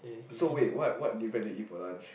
so wait what what do you plan to eat for lunch